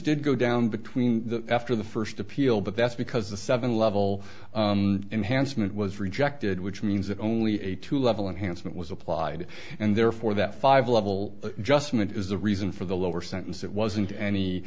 did go down between the after the first appeal but that's because the seven level enhancement was rejected which means that only a two level enhancement was applied and therefore that five level just meant is the reason for the lower sentence it wasn't any